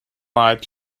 lied